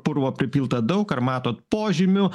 purvo pripilta daug ar matot požymių